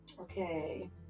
Okay